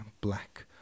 black